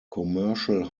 commercial